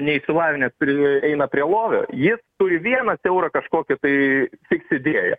neišsilavinęs pri eina prie lovio jis turi vieną siaurą kažkokį tai fiks idėją